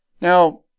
Now